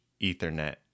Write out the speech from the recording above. ethernet